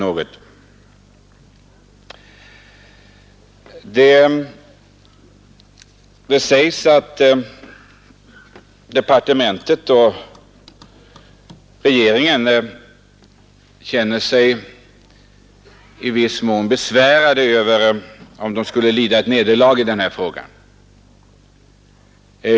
Det sägs att man inom departementet och regeringen känner sig i viss mån besvärad inför tanken att lida ett nederlag i denna fråga.